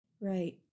Right